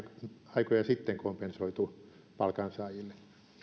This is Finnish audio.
aikoja sitten kompensoitu palkansaajille